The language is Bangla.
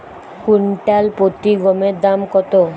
কুইন্টাল প্রতি গমের দাম কত?